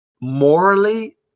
morally